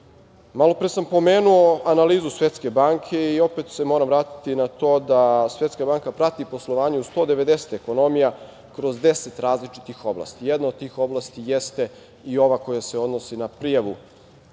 sam pomenuo analizu Svetske banke i opet se moram vratiti na to da Svetska banka prati poslovanje u 190 ekonomija kroz 10 različitih oblasti. Jedna od tih oblasti jeste i ova koja se odnosi na prijavu